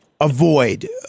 avoid